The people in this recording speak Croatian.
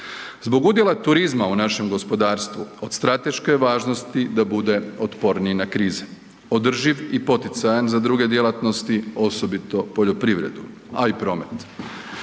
Zbog udjela turizma u našem gospodarstvu od strateške je javnosti da bude otporniji na krize, održiv i poticajan za druge djelatnosti, osobito poljoprivredu, a i promet.